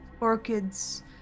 Orchids